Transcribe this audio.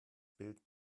bild